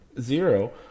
zero